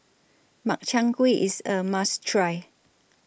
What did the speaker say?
Makchang Gui IS A must Try